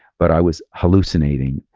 but i was hallucinating.